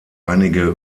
einige